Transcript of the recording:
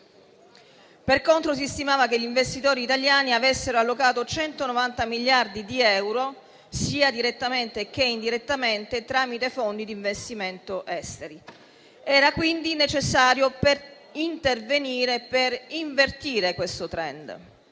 Per contro, si stimava che gli investitori italiani avessero allocato 190 miliardi di euro, sia direttamente sia indirettamente, tramite fondi di investimento esteri. Era quindi necessario intervenire per invertire questo *trend*.